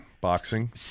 Boxing